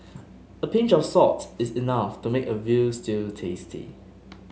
a pinch of salt is enough to make a veal stew tasty